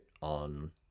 on